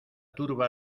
turba